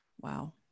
Wow